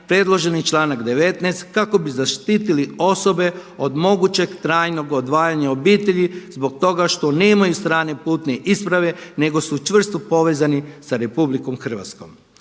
predloženi članak 10. kako bi zaštitili osobe od mogućeg trajnog odvajanja od obitelji zbog toga što nemaju strane putne isprave nego su čvrsto povezani sa Republikom Hrvatskom.